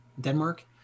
Denmark